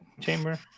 Chamber